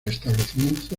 establecimiento